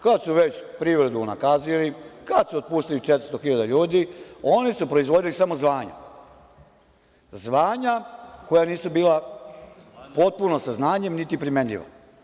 Kad su već privredu unakazli, kad su otpustili 400 hiljada ljudi, oni su proizvodili samo zvanja, zvanja koja nisu bila potpuno sa znanjem, niti primenjiva.